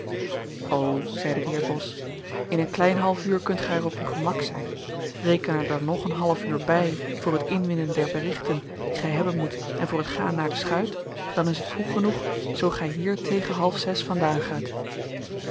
zeide de heer bos in een klein half uur kunt gij er op uw gemak zijn reken er dan nog een half uur bij voor het inwinnen der berichten die gij hebben moet en voor het gaan naar de schuit dan is het vroeg genoeg zoo gij hier tegen halfzes vandaan gaat